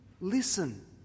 listen